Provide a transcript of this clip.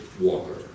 walker